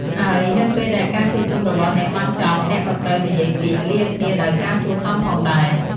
ហើយនៅពេលដែលការជួបជុំរបស់អ្នកបានចប់អ្នកក៏ត្រូវនិយាយពាក្យ លាគ្នាដោយការគួរសមផងដែរ។